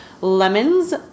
lemons